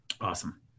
Awesome